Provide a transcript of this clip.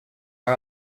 are